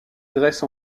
grèce